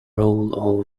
role